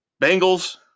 Bengals